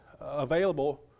available